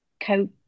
co